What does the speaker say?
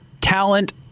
talent